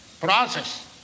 process